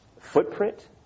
footprint